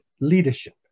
leadership